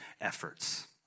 efforts